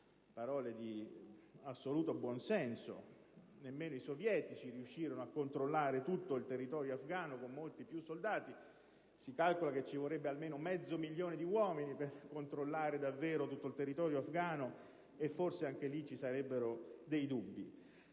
parole di assoluto buonsenso, perché neanche i sovietici riuscirono a controllare tutto il territorio afgano, con molti più soldati e, peraltro, si calcola che ci vorrebbe almeno mezzo milione di uomini per controllare davvero tutto il territorio afgano, e forse anche in quel caso resterebbero dei dubbi),